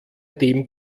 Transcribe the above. dem